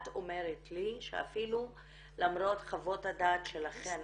את אומרת לי שאפילו למרות חוות הדעת שלכן